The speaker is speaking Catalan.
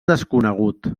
desconegut